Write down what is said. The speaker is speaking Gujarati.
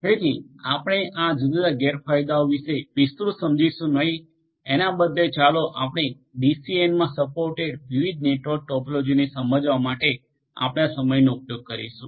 તેથી આપણે આ જુદા જુદા ગેરફાયદાઓ વિશે વિસ્તૃત સમજીશું નહીં એના બદલે ચાલો આપણે ડીએસીએન માં સપોર્ટેડ વિવિધ નેટવર્ક ટોપોલોજીઓને સમજવા માટે આપણા સમયનો ઉપયોગ કરીશું